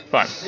Fine